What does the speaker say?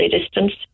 distanced